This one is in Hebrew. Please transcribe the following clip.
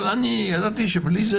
אבל ידעתי שבלי זה,